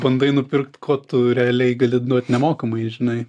bandai nupirkt ko tu realiai gali duot nemokamai žinai